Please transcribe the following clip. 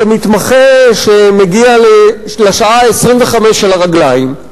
את המתמחה שמגיע לשעה ה-25 על הרגליים,